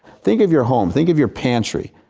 think of your home, think of your pantry.